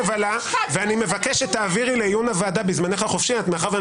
ואני מבקש שתעבירי לעיון הוועדה בזמנך החופשי מאחר שאני